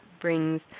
brings